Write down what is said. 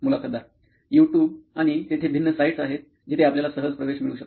मुलाखतदार YouTube आणि तेथे भिन्न साइट आहेत जिथे आपल्याला सहज प्रवेश मिळू शकतो